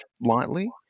lightly